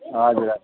हजुर हजुर